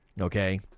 okay